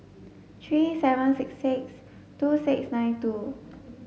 three seven six six two six nine two